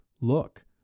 look